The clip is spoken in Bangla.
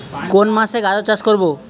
কোন মাসে গাজর চাষ করব?